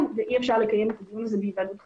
ואי אפשר לקיים את הדיון בהיוועדות חזותית.